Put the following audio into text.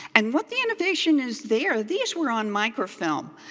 and what the innovation is there, these were on microfilm.